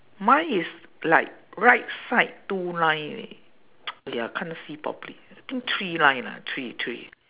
mine is like right side two line leh !aiya! can't see properly I think three line lah three three